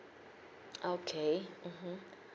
okay mmhmm